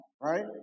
Right